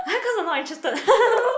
!huh! cause I'm not interested